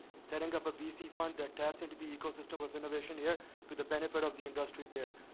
setting up a vc fund that taps into the ecosystem of innovation here to the benefit of the industry there?